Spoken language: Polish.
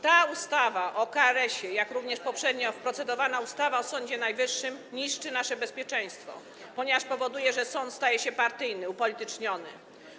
Ta ustawa o KRS-ie, jak również poprzednio procedowana ustawa, o Sądzie Najwyższym, niszczy nasze bezpieczeństwo, ponieważ powoduje, że sąd staje się partyjny, upolityczniony.